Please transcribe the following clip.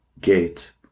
gate